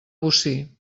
bocí